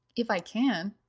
if i can,